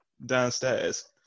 downstairs